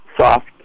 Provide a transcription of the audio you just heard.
soft